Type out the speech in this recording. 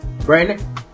Brandon